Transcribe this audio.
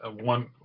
one